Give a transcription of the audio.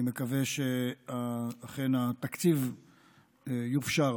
אני מקווה שאכן התקציב יופשר.